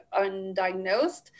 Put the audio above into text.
undiagnosed